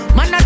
Man